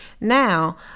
Now